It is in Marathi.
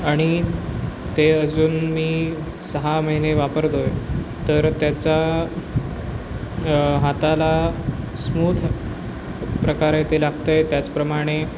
आणि ते अजून मी सहा महिने वापरतो आहे तर त्याचा हाताला स्मूथ प्रकारे ते लागत आहे त्याचप्रमाणे